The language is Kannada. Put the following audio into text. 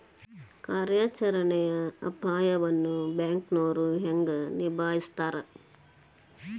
ಕಾರ್ಯಾಚರಣೆಯ ಅಪಾಯವನ್ನ ಬ್ಯಾಂಕನೋರ್ ಹೆಂಗ ನಿಭಾಯಸ್ತಾರ